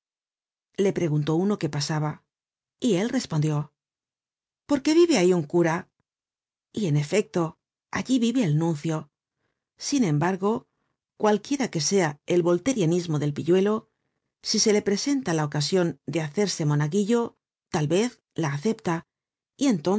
le preguntó uno que pasaba y él respondió porque vive ahí un cura y en efecto allí vive el nuncio sin embargo cualquiera que sea el volterianismo del pilluelo si se le presenta la ocasion de hacerse monaguillo tal vez la acepta